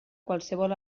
qualsevol